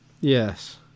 Yes